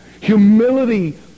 Humility